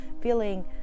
feeling